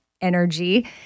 energy